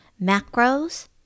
macros